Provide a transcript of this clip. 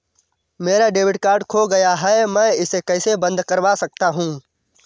मेरा debit card खो गया है मैं इसे कैसे बंद करवा सकता हूँ?